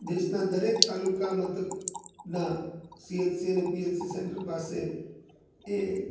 દેશના દરેક તાલુકા મથકના સીએસસી અને પીએસી સેન્ટર પાસે એ